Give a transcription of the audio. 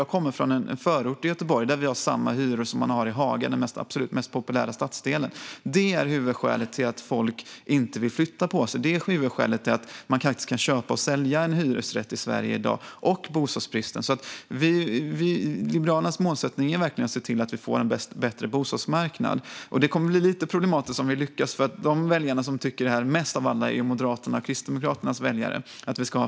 Jag kommer från en förort i Göteborg där vi har samma hyror som man har i Haga, den absolut populäraste stadsdelen. Detta är huvudskälet till att folk inte vill flytta på sig, till att man kan köpa och sälja en hyresrätt i Sverige i dag och till bostadsbristen. Liberalernas målsättning är verkligen att se till att vi får en bättre bostadsmarknad. Det kommer att bli lite problematiskt om vi lyckas, för de väljare som mest av alla tycker att vi ska ha fri hyressättning är Moderaternas och Kristdemokraternas väljare.